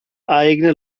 eigene